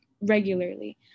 regularly